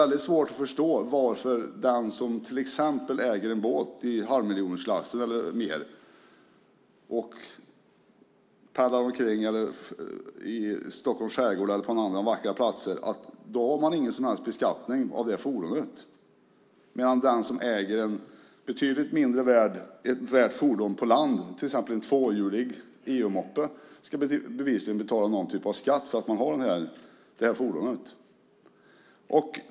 Men det är svårt att förstå varför den som till exempel äger en båt i halvmiljonersklassen eller mer och åker omkring i Stockholms skärgård eller på några andra vackra platser inte ska behöva beskattas för detta fordon, medan den som äger ett fordon som används på land som är betydligt mindre värt, till exempel en tvåhjulig EU-moppe, bevisligen ska betala någon typ av skatt för detta fordon.